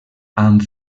amb